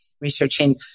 researching